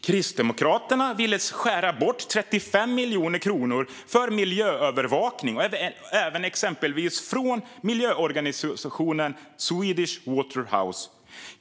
Kristdemokraterna ville skära bort 35 miljoner kronor för miljöövervakning och även för exempelvis miljöorganisationen Swedish Water House.